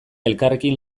elkarrekin